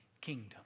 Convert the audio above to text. kingdom